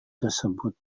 tersebut